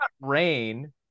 rain